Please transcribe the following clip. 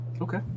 Okay